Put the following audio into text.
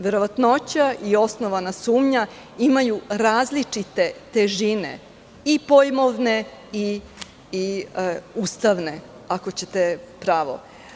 Verovatnoća i osnovana sumnja imaju različite težine i pojmovne i ustavne, ako ćete pravo.